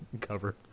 cover